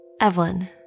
Evelyn